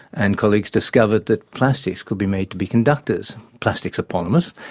and colleagues discovered that plastics could be made to be conductors. plastics are polymers.